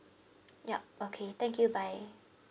yup okay thank you bye